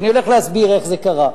אז אני הולך להסביר איך זה קרה.